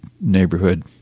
neighborhood